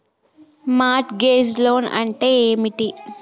Mart gauge loan అంటే ఏమిటి?